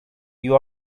you